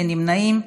אין נמנעים.